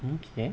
okay